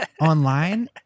online